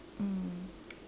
mm